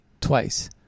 twice